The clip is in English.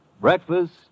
Breakfast